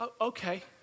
okay